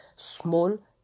Small